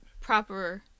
proper